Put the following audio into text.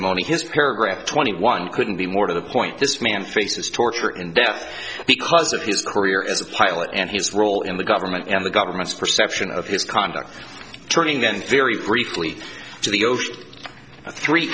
testimony his paragraph twenty one couldn't be more to the point this man faces torture and death because of his career as a pilot and his role in the government and the government's perception of his conduct turn and then very briefly to the ocean three